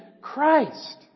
Christ